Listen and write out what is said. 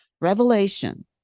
Revelation